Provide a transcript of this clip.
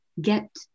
get